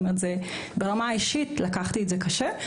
ברמה האישית לקחתי את זה קשה,